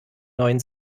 neuen